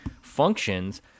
functions